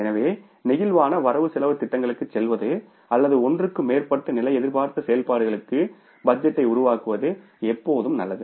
எனவே நெகிழ்வான வரவு செலவுத் திட்டங்களுக்குச் செல்வது அல்லது ஒன்றுக்கு மேற்பட்ட நிலை எதிர்பார்த்த செயல்பாடுகளுக்கு பட்ஜெட்டை உருவாக்குவது எப்போதும் நல்லது